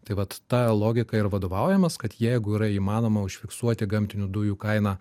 tai vat ta logika ir vadovaujamės kad jeigu yra įmanoma užfiksuoti gamtinių dujų kainą